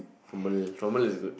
formal formal is good